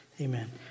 Amen